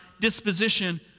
disposition